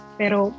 pero